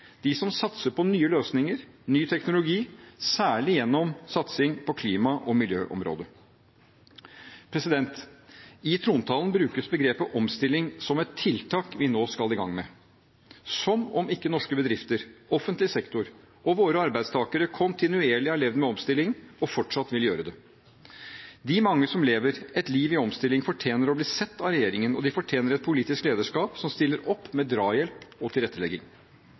de som satser på nye løsninger og ny teknologi – særlig gjennom satsing på klima- og miljøområdet. I trontalen brukes begrepet «omstilling» som et tiltak vi nå skal i gang med – som om norske bedrifter, offentlig sektor og våre arbeidstakere ikke kontinuerlig har levd med omstillinger og fortsatt vil gjøre det. De mange som lever et liv i omstilling, fortjener å bli sett av regjeringen, og de fortjener et politisk lederskap som stiller opp med drahjelp og tilrettelegging.